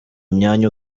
imyanya